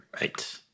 Right